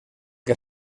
que